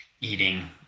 eating